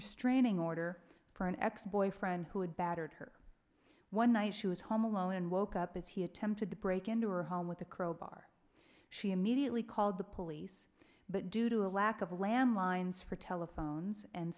restraining order for an ex boyfriend who had battered her one night she was home alone and woke up as he attempted to break into her with a crowbar she immediately called the police but due to a lack of landlines for telephones and